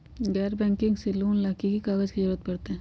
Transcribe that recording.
गैर बैंकिंग से लोन ला की की कागज के जरूरत पड़तै?